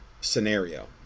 scenario